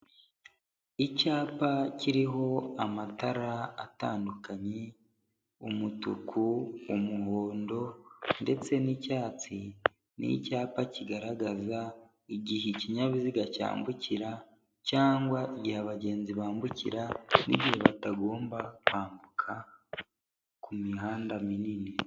Icyapa kiriho amatara atandukanye, umutuku, umuhondo ndetse n'icyatsi, ni icyapa kigaragaza igihe ikinyabiziga cyambukira cyangwa igihe abagenzi bambukira n'igihe batagomba kwambuka ku mihanda minini.